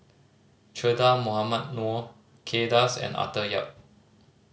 Che Dah Mohamed Noor Kay Das and Arthur Yap